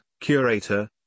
curator